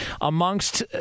amongst